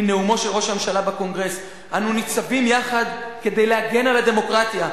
מנאומו של ראש הממשלה בקונגרס: "אנו ניצבים יחד כדי להגן על הדמוקרטיה",